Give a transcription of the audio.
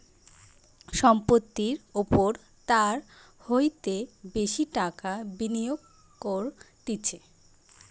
সম্পত্তির ওপর তার হইতে বেশি টাকা বিনিয়োগ করতিছে